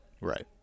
Right